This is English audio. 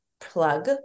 plug